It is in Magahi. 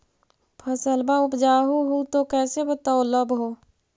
फसलबा उपजाऊ हू तो कैसे तौउलब हो?